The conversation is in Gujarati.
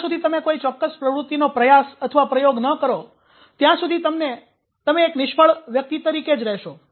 જ્યાં સુધી તમે કોઈ ચોક્કસ પ્રવૃત્તિનો પ્રયાસ અથવા પ્રયોગ ન કરો ત્યાં સુધી તમે એક નિષ્ફળતા વ્યક્તિ તરીકે જ રહેશો